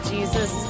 Jesus